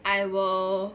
I will